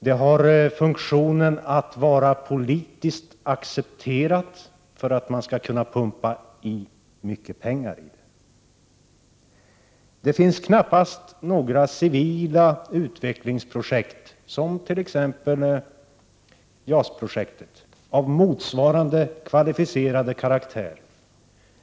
Den skall vara politiskt accepterad för att mycket pengar skall kunna pumpas in i den. Det finns knappast några civila utvecklingsprojekt, som t.ex. JAS-projektet, av motsvarande kvalificerade karaktär.